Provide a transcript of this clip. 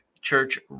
church